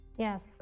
Yes